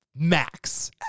Max